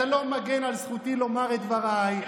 אתה לא מגן על זכותי לומר את דבריי.